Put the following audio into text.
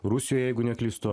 rusijoj jeigu neklystu